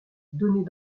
données